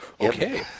Okay